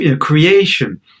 creation